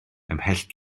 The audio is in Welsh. ymhell